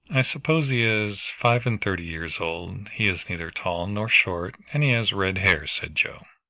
i suppose he is five-and-thirty years old he is neither tall nor short, and he has red hair, said joe.